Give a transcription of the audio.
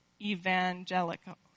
evangelical